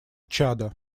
чада